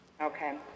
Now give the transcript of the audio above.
Okay